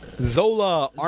Zola